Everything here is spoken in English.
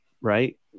Right